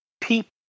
people